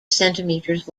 centimetres